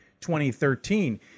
2013